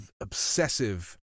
obsessive